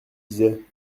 disais